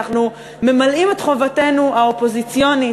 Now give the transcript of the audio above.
אנחנו ממלאים את חובתנו האופוזיציונית,